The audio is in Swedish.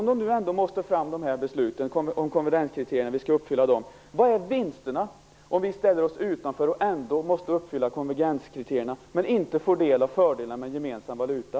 Om besluten för att vi skall uppfylla konvergenskriterierna ändå måste fram, vilka är då vinsterna med att vi ställer oss utanför? Vi måste uppfylla konvergenskriterierna, men vi får inte del av fördelarna med en gemensam valuta.